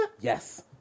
Yes